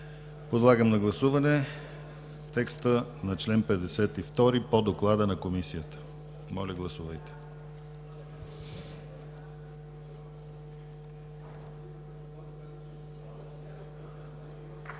Подлагам на гласуване текста на чл. 52 по доклада на Комисията. Гласували